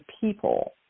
people